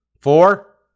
four